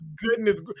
goodness